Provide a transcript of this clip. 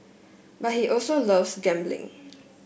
but he also loves gambling